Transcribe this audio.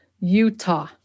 Utah